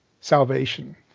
salvation